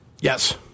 Yes